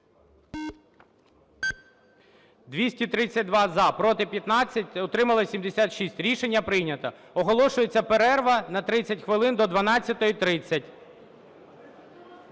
За-232 Проти – 15, утримались – 76. Рішення прийнято. Оголошується перерва на 30 хвилин, до 12:30.